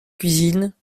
cuisine